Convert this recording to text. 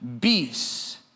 beasts